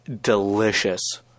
delicious